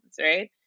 Right